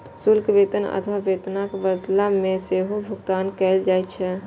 शुल्क वेतन अथवा वेतनक बदला मे सेहो भुगतान कैल जाइ छै